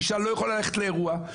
אישה לא יכולה ללכת לאירוע,